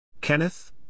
Kenneth